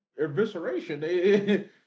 evisceration